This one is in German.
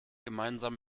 gemeinsam